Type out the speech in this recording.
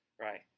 Right